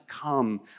come